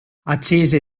accese